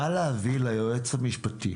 נא להביא ליועץ המשפטי